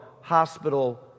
hospital